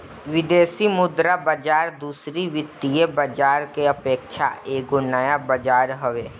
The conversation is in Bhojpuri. विदेशी मुद्रा बाजार दूसरी वित्तीय बाजार के अपेक्षा एगो नया बाजार हवे